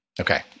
okay